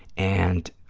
and